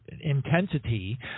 intensity